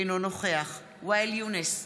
אינו נוכח ואאל יונס,